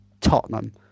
Tottenham